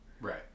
Right